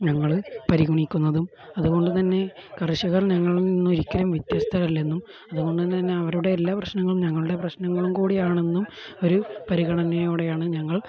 ഞങ്ങൾ പരിഗണിക്കുന്നതും അതുകൊണ്ട് തന്നെ കർഷകർ ഞങ്ങളിൽ നിന്നും ഒരിക്കലും വ്യത്യസ്തർ അല്ലെന്നും അതുകൊണ്ട് തന്നെ അവരുടെ എല്ലാ പ്രശ്നങ്ങളും ഞങ്ങളുടെ പ്രശ്നങ്ങളും കൂടിയാണെന്നും ഒരു പരിഗണനയോടെയാണ് ഞങ്ങൾ